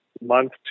month